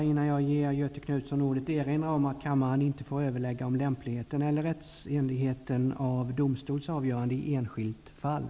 Innan jag ger Göthe Knutson ordet vill jag erinra om att kammaren inte får överlägga om lämpligheten eller rättsenligheten av domstols avgörande i enskilt fall.